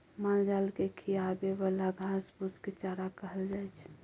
मालजाल केँ खिआबे बला घास फुस केँ चारा कहल जाइ छै